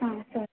हां चाल